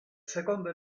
seconde